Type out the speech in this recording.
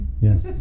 Yes